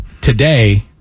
today